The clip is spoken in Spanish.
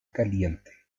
caliente